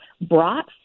brought